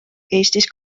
eestis